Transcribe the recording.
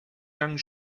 young